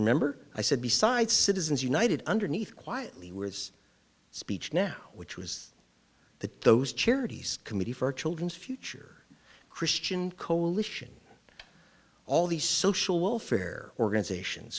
remember i said besides citizens united underneath quietly were his speech now which was the those charities committee for children's future christian coalition all these social welfare organizations